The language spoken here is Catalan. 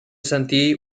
sentí